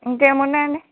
ఇంకేమి ఉన్నాయండి